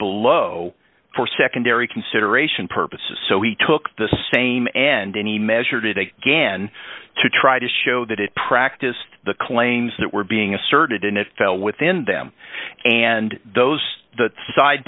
below for secondary consideration purposes so he took the same and then he measured it again to try to show that it practiced the claims that were being asserted in it fell within them and those that side